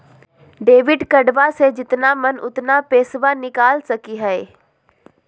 Debit कार्डबा से जितना मन उतना पेसबा निकाल सकी हय?